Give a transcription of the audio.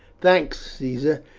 thanks, caesar,